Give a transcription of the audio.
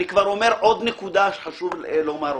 עוד נקודה שחשוב לומר אותה.